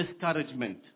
discouragement